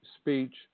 speech